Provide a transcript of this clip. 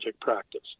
practice